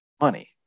money